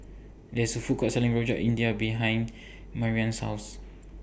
There IS A Food Court Selling Rojak India behind Marianne's House